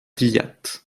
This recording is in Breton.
dilhad